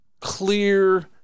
clear